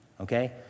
okay